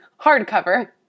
hardcover